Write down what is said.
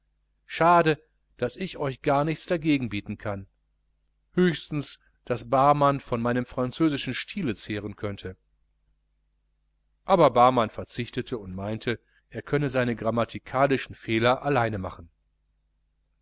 schade daß ich euch gar nichts dagegenbieten kann höchstens daß barmann von meinem französischen stile zehren könnte aber barmann verzichtete und meinte er könne seine grammatikalischen fehler alleine machen